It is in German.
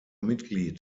mitglied